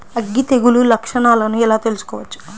అగ్గి తెగులు లక్షణాలను ఎలా తెలుసుకోవచ్చు?